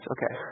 Okay